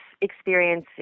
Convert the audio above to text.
experience